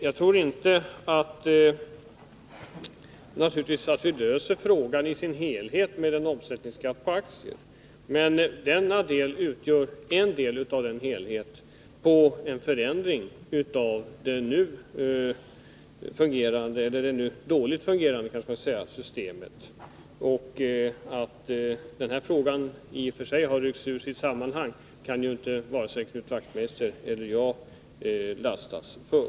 Jag tror naturligtvis inte att vi löser frågan i dess helhet med en omsättningsskatt på aktier. Men det skulle utgöra en del i en förändring av det nu dåligt fungerande systemet. Att den här frågan har ryckts ur sitt sammanhang kan varken Knut Wachtmeister eller jag lastas för.